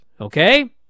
Okay